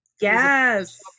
Yes